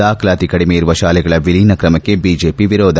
ದಾಖಲಾತಿ ಕಡಿಮೆ ಇರುವ ಶಾಲೆಗಳ ವಿಲೀನ ಕ್ರಮಕ್ಕೆ ಬಿಜೆಪಿ ವಿರೋಧ